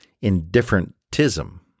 indifferentism